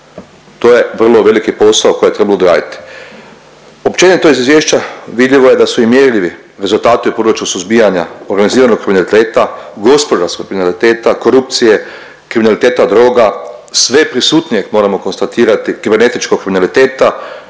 To je vrlo veliki posao koji je trebalo odraditi. Općenito iz izvješća vidljivo je da su i mjerljivi rezultati u području suzbijanja organiziranog kriminaliteta, gospodarskog kriminaliteta, korupcije, kriminaliteta droga, sveprisutnijeg moramo konstatirati kibernetičkog kriminaliteta